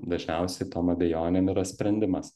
dažniausiai tom abejonėm yra sprendimas